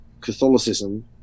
Catholicism